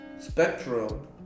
spectrum